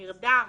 נרדם.